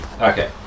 Okay